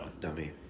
Dummy